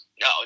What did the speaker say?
no